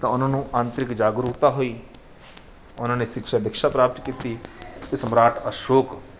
ਤਾਂ ਉਨ੍ਹਾਂ ਨੂੰ ਆਂਤਰਿਕ ਜਾਗਰੂਕਤਾ ਹੋਈ ਉਨ੍ਹਾਂ ਨੇ ਸਿਕਸ਼ਾ ਦਿਕਸ਼ਾ ਪ੍ਰਾਪਤ ਕੀਤੀ ਅਤੇ ਸਮਰਾਟ ਅਸ਼ੋਕ